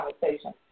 conversation